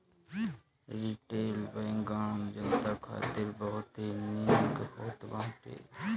retail bank आम जनता खातिर बहुते निक होत बाटे